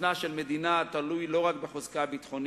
חוסנה של מדינה תלוי לא רק בחוזקה הביטחוני,